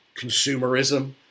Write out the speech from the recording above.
consumerism